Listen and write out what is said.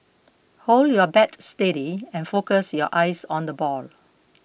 hold your bat steady and focus your eyes on the ball